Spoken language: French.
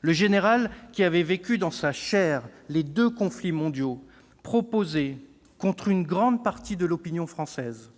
Le Général, qui avait vécu dans sa chair les deux conflits mondiaux, proposait, contre une grande partie de l'opinion française,